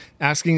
asking